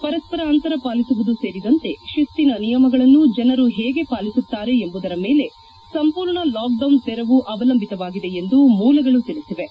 ಪರಸ್ಪರ ಅಂತರ ಪಾಲಿಸುವುದು ಸೇರಿದಂತೆ ಶಿಸ್ತಿನ ನಿಯಮಗಳನ್ನು ಜನರು ಹೇಗೆ ಪಾಲಿಸುತ್ತಾರೆ ಎಂಬುದರ ಮೇಲೆ ಸಂಪೂರ್ಣ ಲಾಕ್ಡೌನ್ ತೆರವು ಅವಲಂಬಿತವಾಗಿದೆ ಎಂದು ಮೂಲಗಳು ತಿಳಿಸಿವೆ